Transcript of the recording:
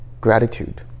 gratitude